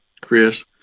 chris